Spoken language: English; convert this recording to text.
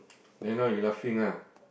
and now you laughing lah